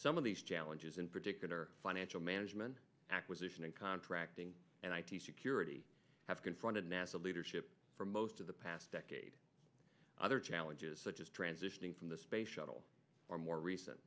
some of these challenges in particular financial management acquisition and contracting and i t security have confronted nasa leadership for most of the past decade other challenges such as transitioning from the space shuttle or more recent